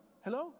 Hello